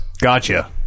Gotcha